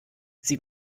sie